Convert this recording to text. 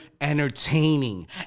entertaining